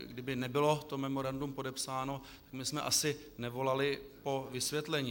Kdyby nebylo to memorandum podepsáno, tak bychom asi nevolali po vysvětlení.